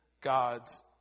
God's